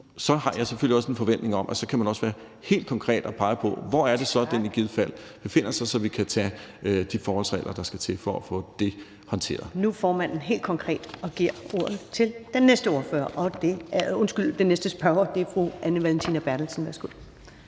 så har jeg selvfølgelig også en forventning om, at man så kan være helt konkret og pege på, hvor det så er, den i givet fald befinder sig, så vi kan tage de forholdsregler, der skal til for at få det håndteret. Kl. 19:23 Første næstformand (Karen Ellemann): Nu er formanden helt konkret og giver ordet til den næste spørger, og det er fru Anne Valentina Berthelsen. Værsgo.